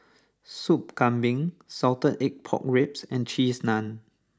Sop Kambing Salted Egg Pork Ribs and Cheese Naan